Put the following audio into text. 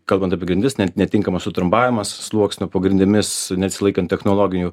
kalbant apie grindis netinkamas sutrombavimas sluoksnio po grindimis nesilaikant technologijų